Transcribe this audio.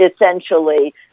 essentially